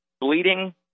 bleeding